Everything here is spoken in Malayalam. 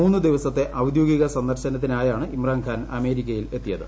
മൂന്ന് ദിവസത്തെ ഔദ്യോഗിക സന്ദർശനത്തിനായാണ് ഇമ്രാൻഖാൻ അമേരി ക്കയിൽ എത്തിയത്